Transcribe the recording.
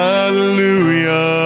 Hallelujah